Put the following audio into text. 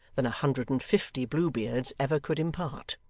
than a hundred and fifty blue beards ever could impart.